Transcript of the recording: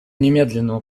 немедленному